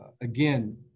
again